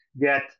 get